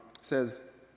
says